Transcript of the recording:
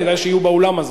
כדאי שיהיו באולם הזה.